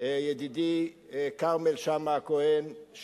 ידידי כרמל שאמה-הכהן,